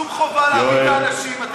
שום חובה להביא את האנשים.